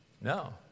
No